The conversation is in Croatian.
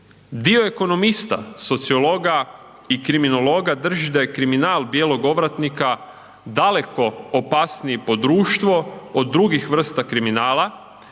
Dio ekonomista, sociologa i kriminologa drži da je kriminal bijelog ovratnika daleko opasniji po društvo od drugih vrsta kriminala